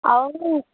అవును